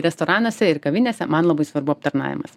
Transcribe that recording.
restoranuose ir kavinėse man labai svarbu aptarnavimas